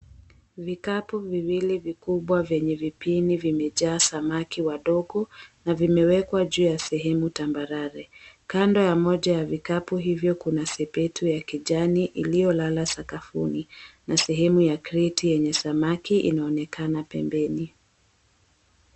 Vikapu viwili vikubwa vyenye vipini vimejaa samaki wadogo, na vimewekwa juu ya sehemu tambarare. Kando ya moja ya vikapu hivyo kuna sepetu ya kijani iliyolala sakafuni, na sehemu ya kreti yenye samaki inaonekana pembeni.